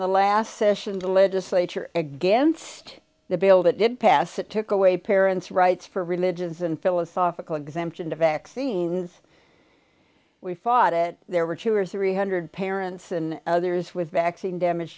the last session the legislature against the bill that did pass it took away parents rights for religions and philosophical exemption to vaccines we fought it there were two or three hundred parents and others with vaccine damage